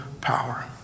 power